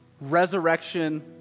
resurrection